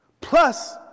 Plus